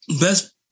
best